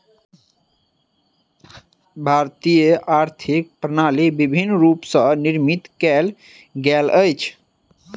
भारतीय आर्थिक प्रणाली विभिन्न रूप स निर्मित कयल गेल अछि